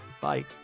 Bye